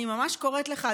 אני ממש קוראת לך,